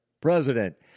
president